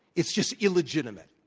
it's just illegitimate.